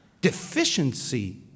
deficiency